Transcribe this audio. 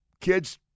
kids